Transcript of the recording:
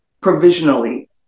provisionally